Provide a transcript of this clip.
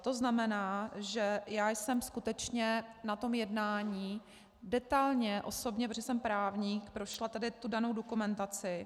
To znamená, že já jsem skutečně na tom jednání detailně osobně, protože jsem právník, prošla tady tu danou dokumentaci.